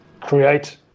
create